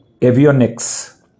avionics